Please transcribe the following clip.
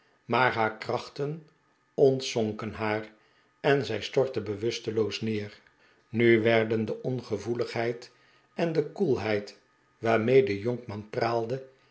maar haar krachten ontzon ken haar en zij stortte bewusteloos neer nu werden de ongevoeligheid en de koelheid waarmee de jonkman praalde